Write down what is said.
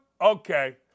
Okay